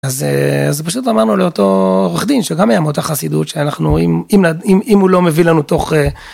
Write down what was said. אז פשוט אמרנו לאותו עורך דין שגם היה מאותה חסידות שאנחנו... אם הוא לא מביא לנו תוך.